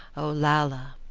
olalla!